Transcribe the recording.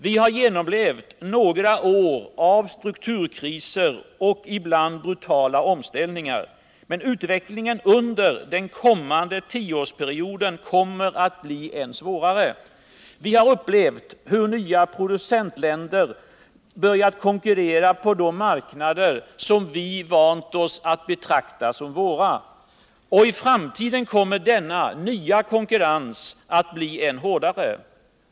Vi har genomlevt några år av strukturkriser och ibland brutala omställningar. Men utvecklingen under den kommande tioårsperioden kommer att bli än svårare. Vi har upplevt hur nya producentländer börjat konkurrera på de marknader som vi vant oss vid att betrakta som våra. I framtiden kommer denna nya konkurrens att bli än hårdare.